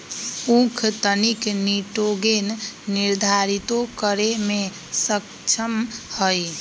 उख तनिक निटोगेन निर्धारितो करे में सक्षम हई